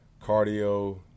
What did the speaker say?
cardio